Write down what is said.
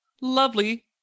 lovely